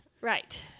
Right